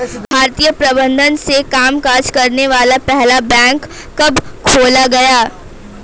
भारतीय प्रबंधन से कामकाज करने वाला पहला बैंक कब खोला गया?